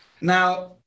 Now